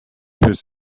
his